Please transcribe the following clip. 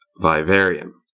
Vivarium